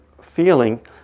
feeling